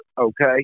okay